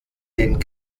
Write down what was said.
den